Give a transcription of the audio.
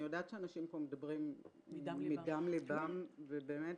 אני יודע שאנשים פה מדברים מדם לבם, ובאמת